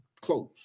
Close